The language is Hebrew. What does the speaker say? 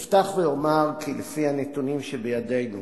אפתח ואומר שלפי הנתונים שבידינו